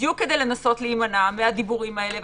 בדיוק כדי להימנע מהדיבורים האלה,